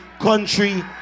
country